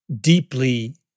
deeply